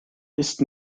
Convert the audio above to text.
ist